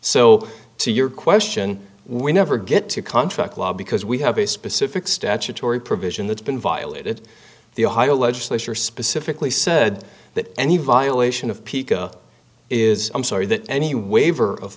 so to your question we never get to contract law because we have a specific statutory provision that's been violated the ohio legislature specifically said that any violation of piqua is i'm sorry that any waiver of